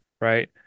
right